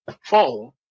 phone